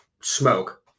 Smoke